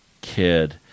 kid